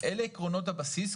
אלה עקרונות הבסיס,